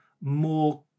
more